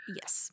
yes